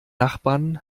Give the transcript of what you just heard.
nachbarn